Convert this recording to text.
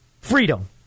Freedom